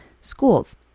schools